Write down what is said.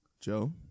Joe